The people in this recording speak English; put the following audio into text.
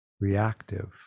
reactive